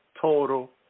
total